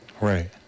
Right